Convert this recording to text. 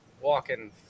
walking